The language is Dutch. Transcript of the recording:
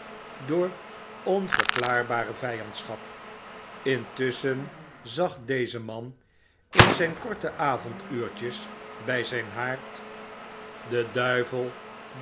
door onverklaarbare vyandschap intusschen zag deze man in zyne korte avonduurtjes bij zijn haard overdrukken den